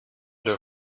der